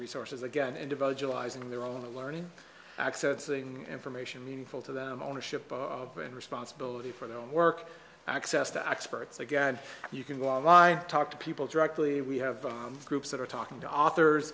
resources again individualizing their own learning accessing information meaningful to them ownership of and responsibility for their own work access to experts again you can walk by talk to people directly we have groups that are talking to authors